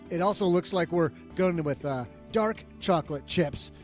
it also looks like we're going into with a dark chocolate chips,